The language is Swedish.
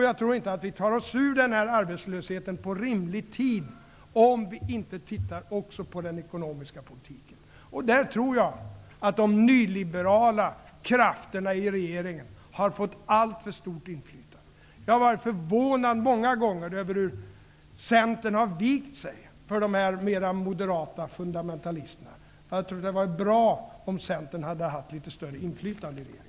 Jag tror inte att vi tar oss ur arbetslösheten på rimlig tid om vi inte också tittar på den ekonomiska politiken. Jag tror att de nyliberala krafterna i regeringen har fått alltför stort inflytande. Jag har många gånger varit förvånad över hur Centern har vikit sig för de mer moderata fundamentalisterna. Jag tror att det hade varit bra om Centern hade haft litet större inflytande i regeringen.